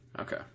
Okay